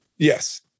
Yes